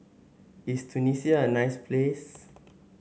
is Tunisia a nice place